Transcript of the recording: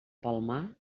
palmar